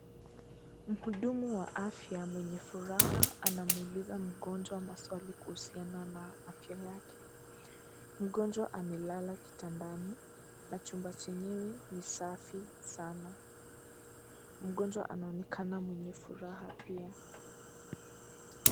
Mhudumu wa afya mwenye furaha, anamuuliza mgonjwa maswali kuhusiana na afya yake. Mgonjwa amelala kitandani. Na chumba chenyewe ni safi sana. Mgonjwa anaonekana mwenye furaha pia.